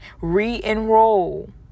Re-enroll